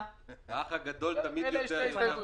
הוא ינמק אבל.